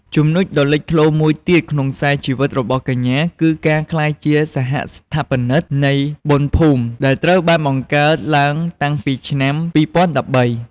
ចំណុចលេចធ្លោមួយទៀតក្នុងខ្សែជីវិតរបស់កញ្ញាគឺការក្លាយជា សហស្ថាបនិកនៃបុណ្យភូមិ ដែលត្រូវបានបង្កើតឡើងតាំងពីឆ្នាំ ២០១៣។